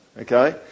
Okay